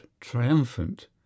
triumphant